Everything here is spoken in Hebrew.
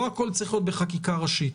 לא הכול צריך להיות בחקיקה ראשית.